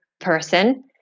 person